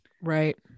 Right